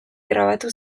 grabatu